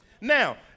Now